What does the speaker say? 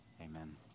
Amen